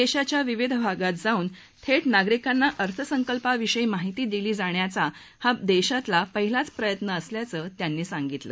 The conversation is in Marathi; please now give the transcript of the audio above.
देशाच्या विविध भागात जाऊन थेट नागिरीकांना अर्थसंकल्पाविषयी माहिती दिली जाण्याचा हा देशातल्या पहिलाच प्रयत्न असल्याचं त्यांनी सांगितलं